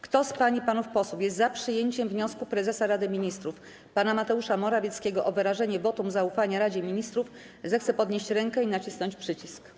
Kto z pań i panów posłów jest za przyjęciem wniosku Prezesa Rady Ministrów Pana Mateusza Morawieckiego o wyrażenie wotum zaufania Radzie Ministrów, zechce podnieść rękę i nacisnąć przycisk.